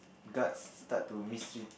guards start to mistreat